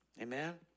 Amen